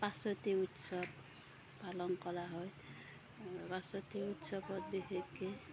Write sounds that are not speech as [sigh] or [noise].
[unintelligible] উৎসৱ পালন কৰা হয় পাছতি উৎসৱত বিশেষকৈ